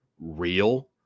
real